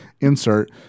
insert